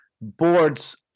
boards